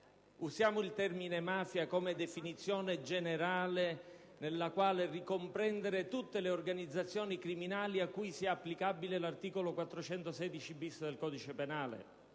usiamo il termine mafia come definizione generale nella quale ricomprendere tutte le organizzazioni criminali a cui sia applicabile l'articolo 416-*bis* del codice penale.